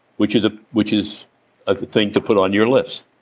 which is ah which is a thing to put on your list.